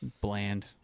Bland